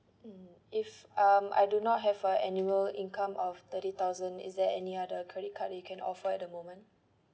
if um I do not have a annual income of thirty thousand is there any other credit card you can offer at the moment